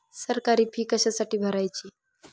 सरकारी फी कशासाठी भरायची